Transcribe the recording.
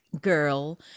girl